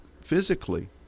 physically